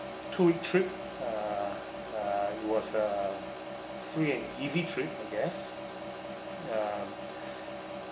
two week trip uh uh it was a free and easy trip I guess uh